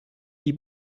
die